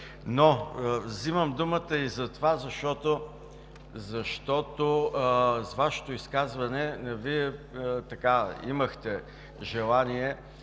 Взимам думата и затова, защото с Вашето изказване Вие имахте желание,